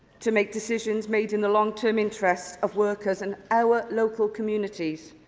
to make decisions made in the long-term interests of workers and our local communities.